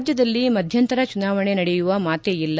ರಾಜ್ಯದಲ್ಲಿ ಮಧ್ಯಂತರ ಚುನಾವಣೆ ನಡೆಯುವ ಮಾತೇ ಇಲ್ಲ